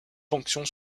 fonctions